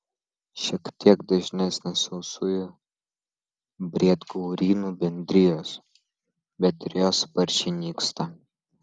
šiek tiek dažnesnės sausųjų briedgaurynų bendrijos bet ir jos sparčiai nyksta